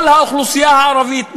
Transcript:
כל האוכלוסייה הערבית,